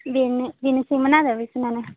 बेनोसैमोन आरो बेखिनि आनो